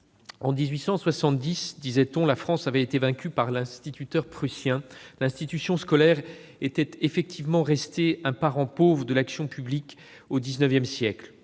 En 1870, disait-on, la France avait été vaincue par l'instituteur prussien. L'institution scolaire était effectivement restée un parent pauvre de l'action publique depuis le